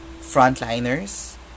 frontliners